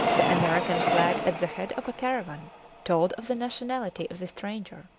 the american flag at the head of a caravan told of the nationality of the stranger.